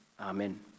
Amen